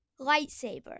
Lightsaber